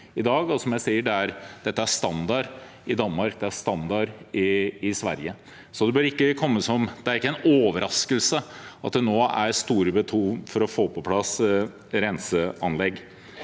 dette er standard i Danmark og Sverige. Så det er ikke en overraskelse at det nå er store behov for å få på plass renseanlegg.